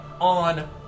on